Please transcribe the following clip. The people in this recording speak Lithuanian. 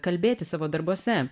kalbėti savo darbuose